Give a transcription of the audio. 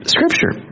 Scripture